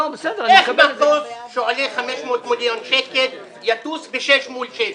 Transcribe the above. איך מטוס שעולה 500 מיליון שקל יטוס ב-6 מול 6?